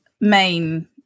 main